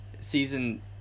season